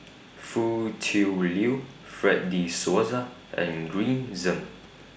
Foo Tui Liew Fred De Souza and Green Zeng